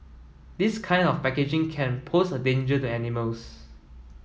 this kind of packaging can pose a danger to animals